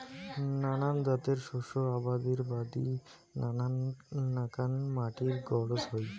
নানান জাতের শস্য আবাদির বাদি নানান নাকান মাটির গরোজ হই